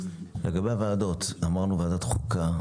תהיה ועדת החוקה,